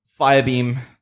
Firebeam